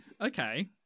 Okay